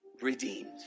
redeemed